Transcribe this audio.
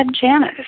Janice